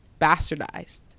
bastardized